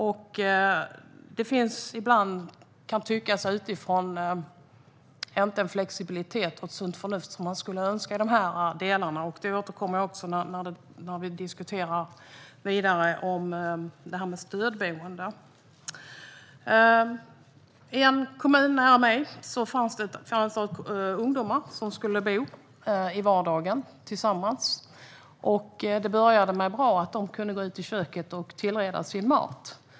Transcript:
Ibland kan man utifrån tycka att det inte finns den flexibilitet och det sunda förnuft som man skulle önska i dessa delar, och detta återkommer när vi diskuterar vidare om stödboende. I en kommun fanns det ungdomar som skulle bo tillsammans i vardagen. Det började bra; de kunde gå ut i köket och tillreda sin mat.